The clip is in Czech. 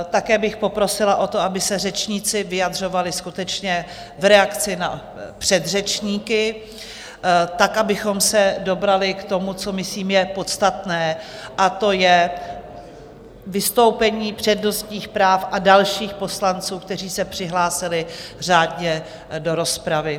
Také bych poprosila o to, aby se řečníci vyjadřovali skutečně v reakci na předřečníky, tak abychom se dobrali k tomu, co myslím je podstatné, a to je vystoupení přednostních práv a dalších poslanců, kteří se přihlásili řádně do rozpravy.